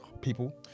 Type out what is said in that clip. people